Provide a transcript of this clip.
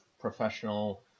professional